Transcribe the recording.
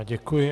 Děkuji.